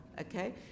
Okay